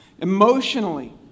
Emotionally